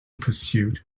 pursuit